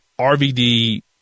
RVD